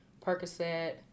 percocet